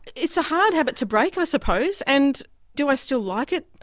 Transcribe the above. it's a hard habit to break, i suppose. and do i still like it?